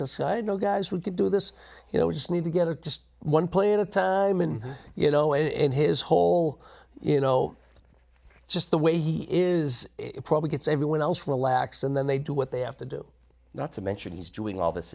suicide no guys we could do this you know we just need to get to one play at a time and you know and his whole you know just the way he is probably gets everyone else relaxed and then they do what they have to do not to mention he's doing all this